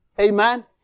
Amen